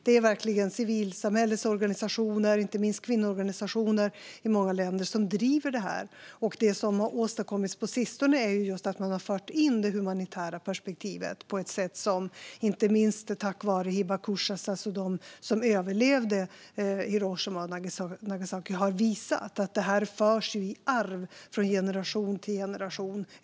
Det är verkligen civilsamhällets organisationer, inte minst kvinnoorganisationer, i många länder som driver detta. Det som har åstadkommits på sistone är att man har fört in det humanitära perspektivet. Inte minst hibakusha, alltså de som överlevde Hiroshima och Nagasaki, har visat att effekterna av kärnvapenanvändning förs i arv från generation till generation.